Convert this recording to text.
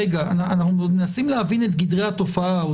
אנחנו מנסים להבין את גדרי התופעה.